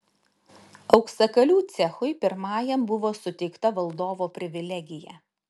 auksakalių cechui pirmajam buvo suteikta valdovo privilegija